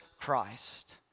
Christ